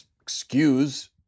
excuse